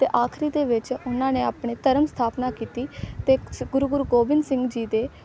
ਅਤੇ ਆਖਰੀ ਦੇ ਵਿੱਚ ਉਹਨਾਂ ਨੇ ਆਪਣੇ ਧਰਮ ਸਥਾਪਨਾ ਕੀਤੀ ਅਤੇ ਗੁਰੂ ਗੁਰੂ ਗੋਬਿੰਦ ਸਿੰਘ ਜੀ ਦੇ